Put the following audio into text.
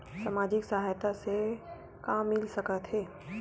सामाजिक सहायता से का मिल सकत हे?